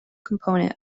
component